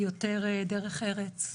יותר דרך ארץ.